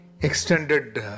extended